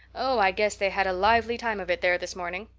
oh, i guess they had a lively time of it there this morning.